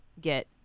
get